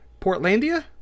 Portlandia